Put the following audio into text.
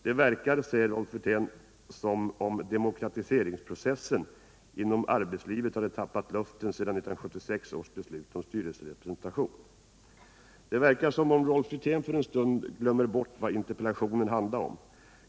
Det verkar, säger Rolf Wirtén, som om demokratiseringsprocessen inom arbetslivet hade tappat luften sedan 1976 års beslut om styrelserepresentation. Det verkar som om Rolf Wirtén för en stund glömmer bort vad interpellationen handlar om.